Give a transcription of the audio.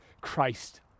Christ